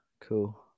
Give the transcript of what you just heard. Cool